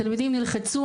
התלמידים נלחצו,